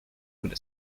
could